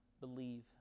believe